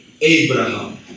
Abraham